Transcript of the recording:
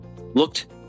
looked